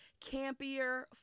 campier